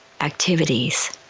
activities